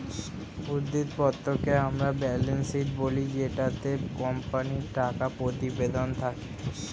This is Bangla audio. উদ্ধৃত্ত পত্রকে আমরা ব্যালেন্স শীট বলি জেটাতে কোম্পানির টাকা প্রতিবেদন থাকে